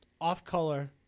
off-color